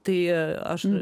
tai aš